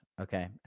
Okay